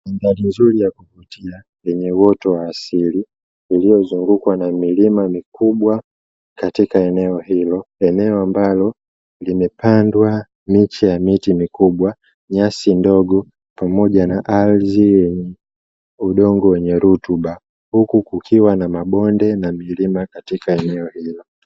Mandhari nzuri ya kuvutia yenye uoto wa asili uliozungukwa na milima mikubwa katika eneo hilo, eneo ambalo limepandwa miche ya miti mikubwa, nyasi ndogo pamoja na ardhi yenye udongo wenye rutuba. Huku kukiwa na mabonde na milima katika eneo hilo.